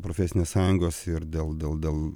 profesinės sąjungos ir dėl dėl dėl